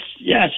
yes